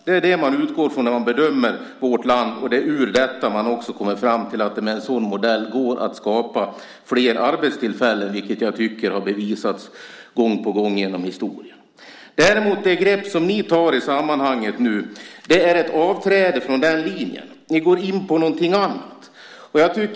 Det är det man utgår från när man bedömer vårt land, och det är ur detta man också kommer fram till att det med en sådan modell är möjligt att skapa flera arbetstillfällen, vilket också har bevisats gång på gång genom historien. Det grepp som ni nu tar är ett frånträde från den linjen. Ni går in på något annat.